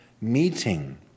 meeting